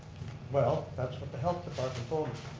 well, that's what the health department told